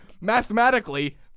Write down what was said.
Mathematically